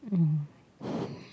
um